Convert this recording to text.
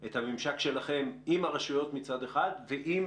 את הממשק שלכם עם הרשויות מצד אחד ועם